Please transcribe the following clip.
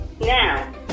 Now